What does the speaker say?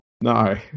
No